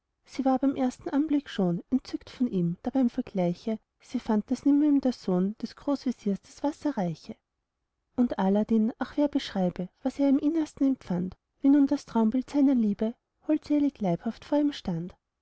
sie war beim ersten anblick schon entzückt von ihm da beim vergleiche sie fand daß nimmer ihm der sohn des großveziers das wasser reiche und aladdin ach wer beschriebe was er im innersten empfand wie nun das traumbild seiner liebe holdselig leibhaft vor ihm stand